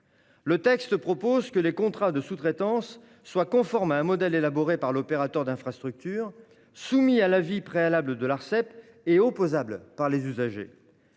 Le texte prévoit que les contrats de sous-traitance devront être conformes à un modèle élaboré par l'opérateur d'infrastructure, soumis à l'avis préalable de l'Arcep et opposable par les usagers.